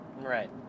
Right